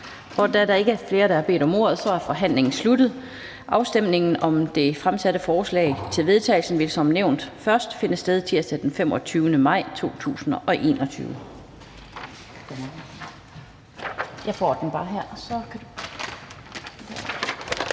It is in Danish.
Da der ikke er flere, der har bedt om ordet, er forhandlingen sluttet. Afstemningen om det fremsatte forslag til vedtagelse vil som nævnt først finde sted tirsdag den 25. maj 2021.